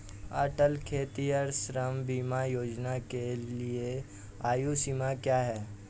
अटल खेतिहर श्रम बीमा योजना के लिए आयु सीमा क्या है?